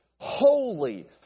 holy